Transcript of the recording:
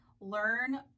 learn